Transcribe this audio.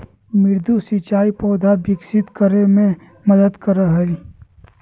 मृदु सिंचाई पौधा विकसित करय मे मदद करय हइ